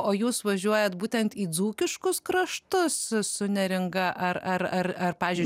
o jūs važiuojat būtent į dzūkiškus kraštus su neringa ar ar ar pavyzdžiui